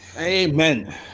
Amen